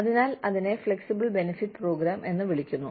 അതിനാൽ അതിനെ flexible benefit program എന്ന് വിളിക്കുന്നു